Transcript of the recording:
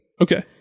Okay